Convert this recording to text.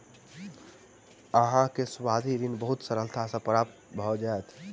अहाँ के सावधि ऋण बहुत सरलता सॅ प्राप्त भ जाइत